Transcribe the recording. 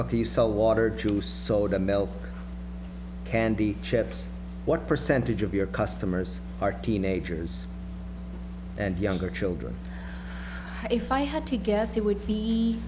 ok you sell water juice soda milk candy chips what percentage of your customers are teenagers and younger children if i had to guess it would be